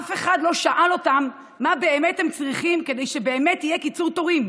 אף אחד לא שאל אותם מה באמת הם צריכים כדי שבאמת יהיה קיצור תורים.